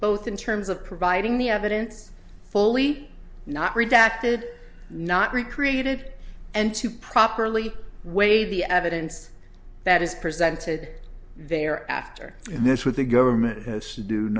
both in terms of providing the evidence fully not redacted not recreated and to properly weigh the evidence that is presented there after this what the government has to do